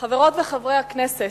חברות וחברי הכנסת,